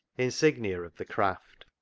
insignia of the craft.